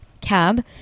Cab